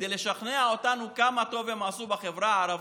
כדי לשכנע אותנו כמה טוב עשו לחברה הערבית,